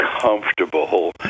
comfortable